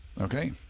Okay